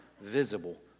visible